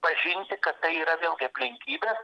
pažinti kad tai yra vėl gi aplinkybės